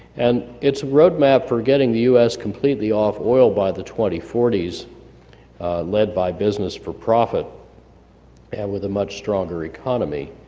and it's a roadmap for getting the u s. completely off oil by the twenty forty s led by business for-profit, and with a much stronger economy.